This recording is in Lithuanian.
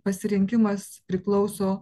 pasirinkimas priklauso